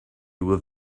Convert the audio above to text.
would